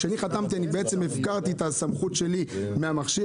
כשאני חתמתי אני בעצם הפקרתי את הסמכות שלי מהמכשיר,